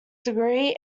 degree